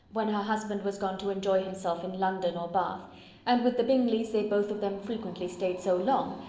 when her husband was gone to enjoy himself in in london or bath and with the bingleys they both of them frequently staid so long,